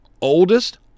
Oldest